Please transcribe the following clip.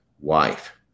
wife